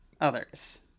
others